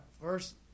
First